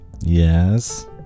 yes